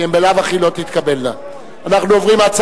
כי הן בלאו הכי לא תתקבלנה.